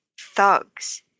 thugs